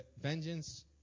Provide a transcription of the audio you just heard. vengeance